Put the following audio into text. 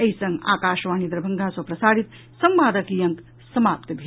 एहि संग आकाशवाणी दरभंगा सँ प्रसारित संवादक ई अंक समाप्त भेल